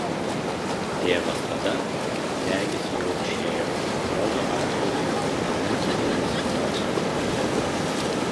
tėvas tada regis jau šėrė kolchozo arklius dideliam dėdės kazio tvarte